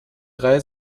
drei